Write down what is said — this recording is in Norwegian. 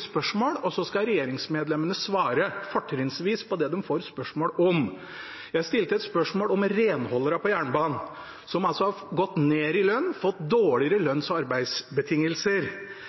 spørsmål, og så skal regjeringsmedlemmene svare, fortrinnsvis på det de får spørsmål om. Jeg stilte et spørsmål om renholderne på jernbanen, som altså har gått ned i lønn, fått dårligere lønns- og arbeidsbetingelser